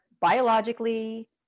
biologically